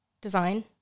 Design